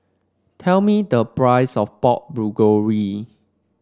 tell me the price of Pork Bulgogi